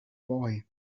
boy